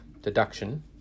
Deduction